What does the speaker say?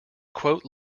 quote